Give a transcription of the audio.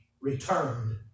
returned